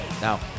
Now